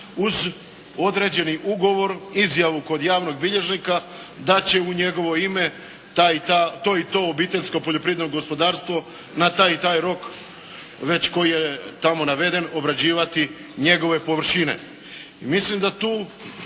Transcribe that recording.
uz određeni ugovor, izjavu kod javnog bilježnika, da će u njegovo ime, taj i taj, to i to obiteljsko poljoprivredno gospodarstvo, na taj i taj rok, već koji je tamo naveden, obrađivati njegove površine. Mislim da tu